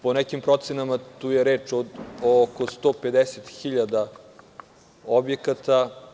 Po nekim procenama, tu je reč od oko 150.000 objekata.